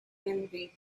envy